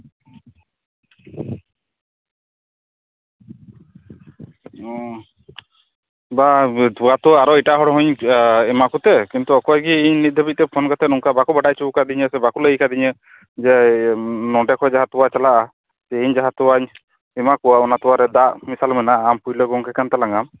ᱚᱻ ᱵᱟ ᱛᱚᱣᱟ ᱛᱚ ᱟᱨᱚ ᱮᱴᱟᱜ ᱦᱚᱲ ᱦᱚᱸᱧ ᱮᱢᱟᱠᱚᱛᱮ ᱠᱤᱱᱛᱩ ᱚᱠᱚᱭ ᱜᱮ ᱤᱧ ᱱᱤᱚᱛ ᱫᱷᱟᱵᱤᱪᱛᱮ ᱯᱷᱳᱱ ᱠᱟᱛᱮ ᱱᱚᱝᱠᱟ ᱵᱟᱠᱚ ᱵᱟᱰᱟᱭ ᱦᱚᱪᱚ ᱟᱠᱟᱫᱤᱧᱟ ᱥᱮ ᱵᱟᱠᱚ ᱞᱟᱹᱭ ᱟᱠᱟᱫᱤᱧᱟ ᱡᱮ ᱱᱚᱸᱰᱮ ᱠᱷᱚᱱ ᱡᱟᱦᱟᱸ ᱛᱚᱣᱟ ᱪᱟᱞᱟᱜᱼᱟ ᱥᱮ ᱤᱧ ᱡᱟᱦᱟᱸ ᱛᱚᱣᱟᱧ ᱮᱢᱟ ᱠᱚᱣᱟ ᱚᱱᱟ ᱛᱚᱣᱟ ᱨᱮ ᱫᱟᱜ ᱢᱮᱥᱟᱞ ᱢᱮᱱᱟᱜᱼᱟ ᱟᱢ ᱯᱳᱭᱞᱳ ᱜᱚᱝᱠᱮ ᱠᱟᱱ ᱛᱟᱞᱟᱝᱼᱟᱢ